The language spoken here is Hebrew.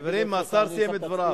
חברים, השר סיים את דבריו.